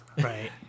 Right